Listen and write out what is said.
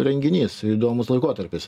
renginys įdomus laikotarpis